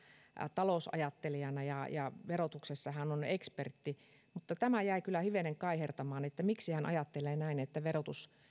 talousajattelijana ja ja verotuksessa hän on ekspertti mutta jäi kyllä hivenen kaihertamaan että miksi hän ajattelee näin että verotus